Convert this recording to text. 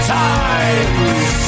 times